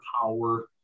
power